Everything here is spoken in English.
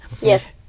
Yes